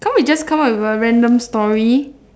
can't we just come up with a random story